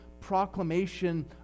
proclamation